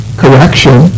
correction